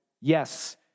Yes